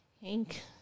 Hank